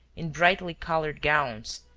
in brightly colored gowns,